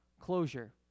closure